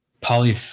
poly